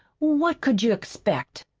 what could you expect?